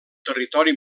territori